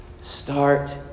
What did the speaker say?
Start